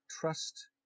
trust